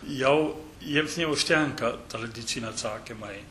jau jiems neužtenka tradicinių atsakymai